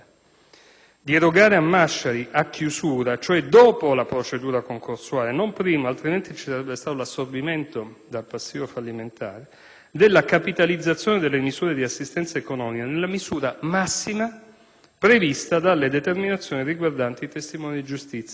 di erogare a Masciari, a chiusura (cioè dopo la procedura concorsuale e non prima, altrimenti ci sarebbe stato l'assorbimento dal passivo fallimentare) della capitalizzazione delle misure di assistenza economica nella misura massima prevista dalle determinazioni riguardanti i testimoni di giustizia.